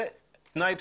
זה תנאי בסיסי.